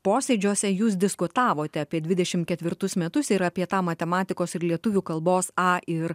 posėdžiuose jūs diskutavote apie dvidešimt ketvirtus metus ir apie tą matematikos ir lietuvių kalbos a ir